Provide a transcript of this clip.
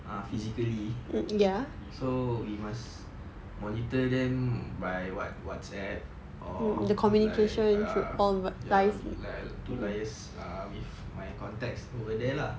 err physically so we must monitor them by what~ whatsapp or like ya like to liaise err with my contacts over there lah